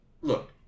Look